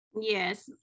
Yes